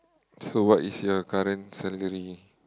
so what is your current salary